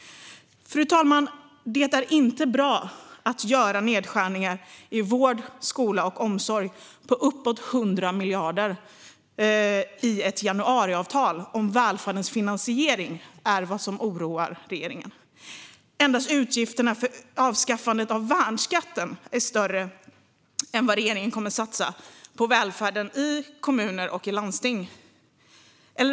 Fru talman! Det är inte bra att göra nedskärningar i vård, skola och omsorg på uppåt 100 miljarder i ett januariavtal om välfärdens finansiering är vad som oroar regeringen. Endast utgifterna för avskaffandet av värnskatten är större än summan regeringen kommer att satsa på välfärden i kommuner och landsting.